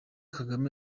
kagame